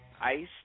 Ice